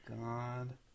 god